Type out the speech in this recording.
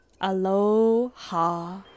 Aloha